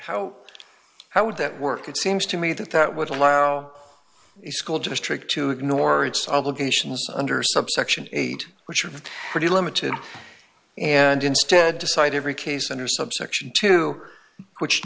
how how would that work it seems to me that that would allow the school district to ignore its obligations under subsection eight which are pretty limited and instead decide every case under subsection to which